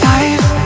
Life